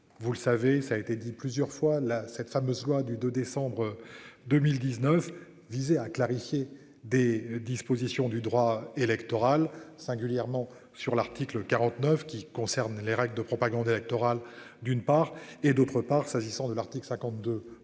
Vous le savez, ça a été dit plusieurs fois là cette fameuse loi du 2 décembre 2019 visé à clarifier des dispositions du droit électoral singulièrement sur l'article 49 qui concerne les règles de propagande électorale. D'une part et d'autre part, s'agissant de l'article 52